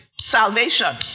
salvation